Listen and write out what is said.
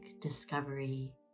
discovery